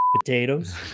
potatoes